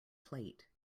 plate